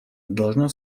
должна